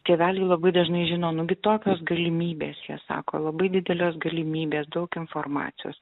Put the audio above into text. tėveliai labai dažnai žino nu gi tokios galimybės jie sako labai didelės galimybės daug informacijos